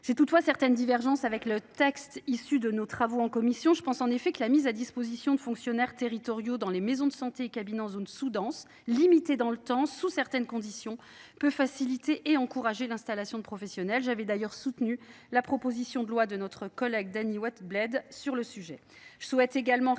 J’ai toutefois certaines divergences avec le texte issu de nos travaux en commission. Je pense en effet que la mise à disposition de fonctionnaires territoriaux dans les maisons de santé et cabinets en zone sous dense, limitée dans le temps et sous certaines conditions, peut faciliter et encourager l’installation de professionnels. J’avais d’ailleurs soutenu la proposition de loi de notre collègue Dany Wattebled sur ce sujet.